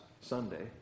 Sunday